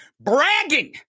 bragging